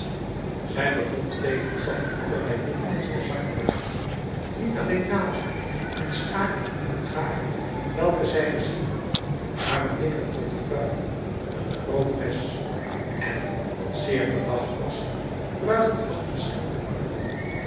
zij bevond tevens dat er allerlei dingen in de zakken waren niet alleen naalden een schaar en het garen welke zij gezien had maar een dikke portefeuille een groot mes en wat zeer verdacht was pruiken van verschillende kleur